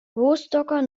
rostocker